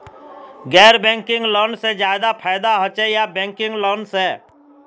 गैर banking loan से ज्यादा फायदा होचे या बैंकिंग लोन से?